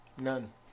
None